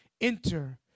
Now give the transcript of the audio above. Enter